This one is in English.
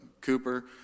Cooper